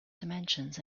dimensions